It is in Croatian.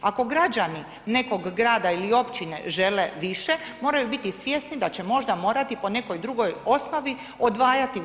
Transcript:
Ako građani nekog grada ili općine žele više moraju biti svjesni da će možda morati po nekoj drugoj osnovi odvajati više.